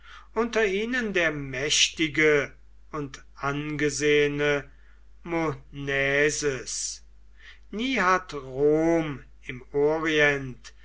unter ihnen der mächtige und angesehene monaeses nie hat rom im orient